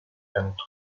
and